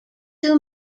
two